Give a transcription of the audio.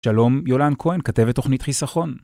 שלום, יולן כהן, כתבת תוכנית חיסכון.